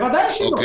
ודאי שלא.